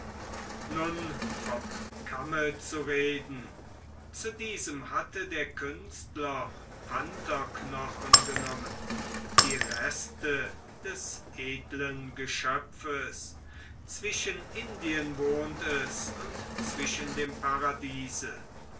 nun vom kamme zu reden zu diesem hatte der künstler pantherknochen genommen die reste des edlen geschöpfes zwischen indien wohnt es und zwischen dem paradiese